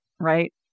right